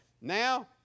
Now